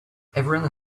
everyone